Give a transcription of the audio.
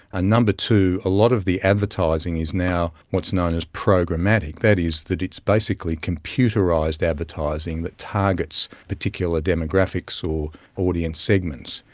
and number two, a lot of the advertising is now what is known as programmatic, that is that it's basically computerised advertising that targets particular demographics or audience segments.